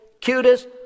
cutest